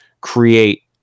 create